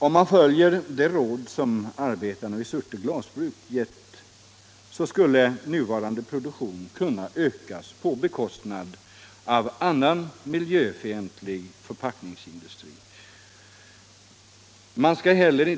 Om man följer de råd som arbetarna vid Surte glasbruk gett, Torsdagen den skulle nuvarande produktion kunna ökas på bekostnad av annan mil 27 november 1975 jöfientlig förpackningsindustri.